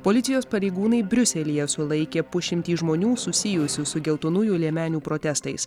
policijos pareigūnai briuselyje sulaikė pusšimtį žmonių susijusių su geltonųjų liemenių protestais